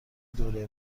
دوره